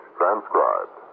transcribed